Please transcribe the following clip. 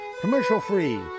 commercial-free